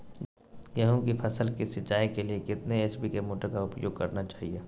गेंहू की फसल के सिंचाई के लिए कितने एच.पी मोटर का उपयोग करना चाहिए?